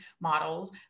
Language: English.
models